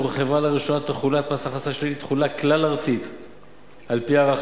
הורחבה לראשונה תחולת מס הכנסה שלילי לתחולה כלל-ארצית.